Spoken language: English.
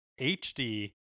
HD